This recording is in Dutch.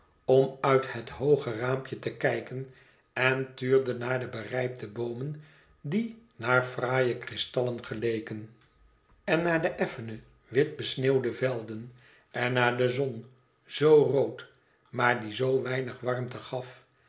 om uit het hooge raampje te kijken en tuurde naar de berijpte boomen die naar fraaie kristallen geleken en op een instituut geplaatst naar de effene wit besneeuwde velden en naar de zon zoo rood maar die zoo weinig warmte gaf